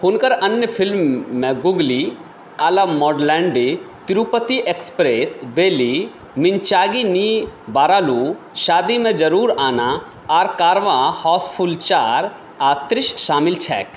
हुनकर अन्य फिल्ममे गूगली आला मोडलैंडी तिरुपति एक्सप्रेस बेली मिंचागी नी बारालू शादी में जरूर आना आर कारवाँ हाउसफुल चार आर त्रिश शामिल छैक